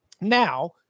Now